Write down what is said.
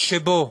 שבו